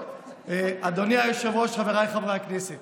אדוני היושב-ראש, חבריי חברי הכנסת,